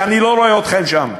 ואני לא רואה אתכם שם.